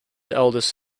eldest